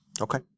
Okay